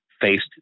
faced